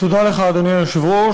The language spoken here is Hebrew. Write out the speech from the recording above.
אדוני היושב-ראש,